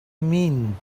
mean